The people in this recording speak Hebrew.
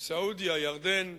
סעודיה, ירדן,